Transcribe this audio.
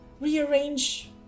rearrange